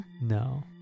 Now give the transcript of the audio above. No